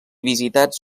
visitats